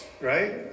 right